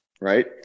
right